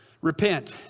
Repent